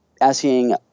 asking